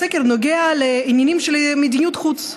הסקר נוגע לעניינים של מדיניות חוץ,